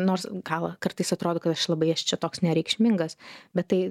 nors gal kartais atrodo kad aš labai aš čia toks nereikšmingas bet tai